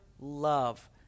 love